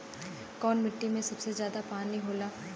कौन मिट्टी मे सबसे ज्यादा पानी होला?